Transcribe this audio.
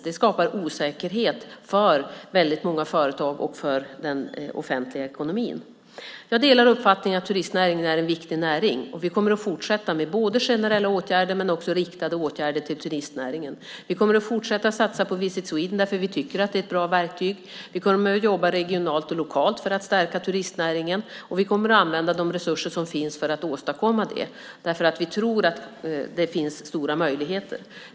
Det skapar osäkerhet för många företag och för den offentliga ekonomin. Jag delar uppfattningen att turistnäringen är en viktig näring. Vi kommer att fortsätta med både generella åtgärder och riktade åtgärder till turistnäringen. Vi kommer att fortsätta att satsa på Visit Sweden därför att vi tycker att det är ett bra verktyg. Vi kommer att jobba regionalt och lokalt för att stärka turistnäringen, och vi kommer att använda de resurser som finns för att åstadkomma det. Vi tror att det finns stora möjligheter.